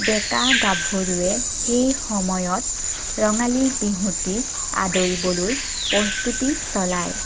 ডেকা গাভৰুয়ে সেই সময়ত ৰঙালী বিহুটি আদৰিবলৈ প্ৰস্তুতি চলায়